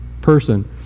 person